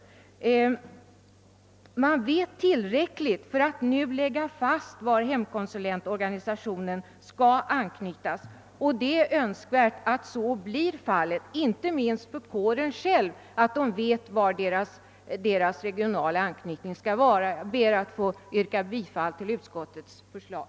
Vi vet redan tillräckligt för att fastslå att hemkonsulentverksamheten skall sortera under länsstyrelsen, och det är önskvärt att så blir fallet. Inte minst för hemkonsulentkåren är det viktigt att veta vilken huvudman den skall komma att arbeta under. Herr talman! Jag ber att få yrka bifall till utskottets hemställan.